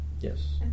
yes